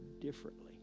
differently